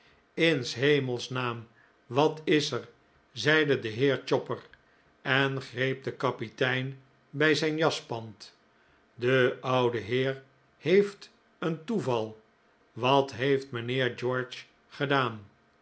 s hemels naam wat is er zeide de heer chopper en greep den kapitein bij zijn jaspand de ouwe heer heeft een toeval wat heeft mijnheer george gedaan